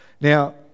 Now